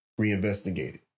reinvestigated